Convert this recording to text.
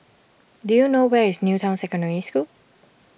do you know where is New Town Secondary School